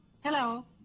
Hello